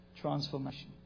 transformation